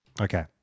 Okay